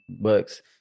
bucks